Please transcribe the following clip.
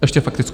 Ještě faktickou?